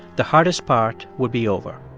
the hardest part would be over.